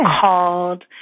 called